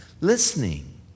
listening